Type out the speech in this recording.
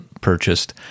purchased